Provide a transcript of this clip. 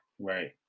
Right